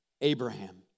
Abraham